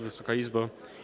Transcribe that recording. Wysoka Izbo!